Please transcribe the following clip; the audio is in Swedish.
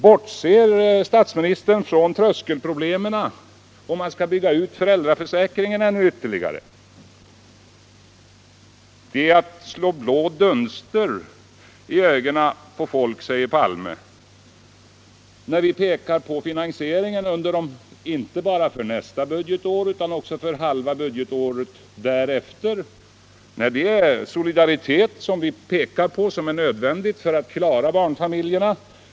Bortser herr Palme från tröskelproblemen vid ett eventuellt ytterligare utbyggande av föräldraförsäkringen? Det är att slå blå dunster i ögonen på folk, säger herr Palme, när vi klarat av finansieringen, inte bara för nästa budgetår utan också för halva budgetåret därefter. Nej, det är fråga om en nödvändig solidaritet gentemot barnfamiljerna.